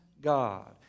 god